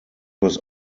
was